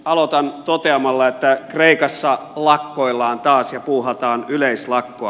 aloitan toteamalla että kreikassa lakkoillaan taas ja puuhataan yleislakkoa